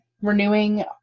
renewing